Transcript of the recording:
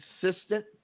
Consistent